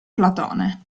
platone